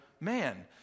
man